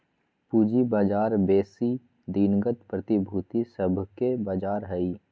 पूजी बजार बेशी दिनगत प्रतिभूति सभके बजार हइ